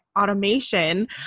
Automation